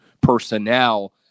personnel